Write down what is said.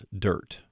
dirt